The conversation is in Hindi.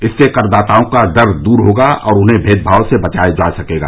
इससे करदाताओं का डर दूर होगा और उन्हें भेदभाव से बचाया जा सकेगा